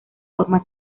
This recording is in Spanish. forma